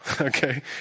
Okay